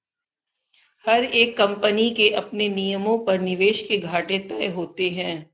हर एक कम्पनी के अपने नियमों पर निवेश के घाटे तय होते हैं